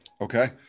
Okay